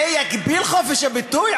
זה יגביל את חופש הביטוי.